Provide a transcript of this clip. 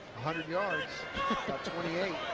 hundred yards. about twenty eight.